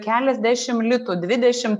keliasdešim litų dvidešim